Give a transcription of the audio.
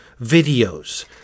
videos